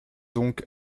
donc